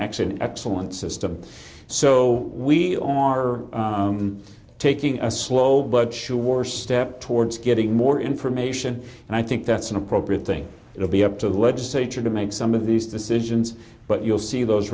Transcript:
an excellent system so we are taking a slow but sure step towards getting more information and i think that's an appropriate thing it will be up to the legislature to make some of these decisions but you'll see those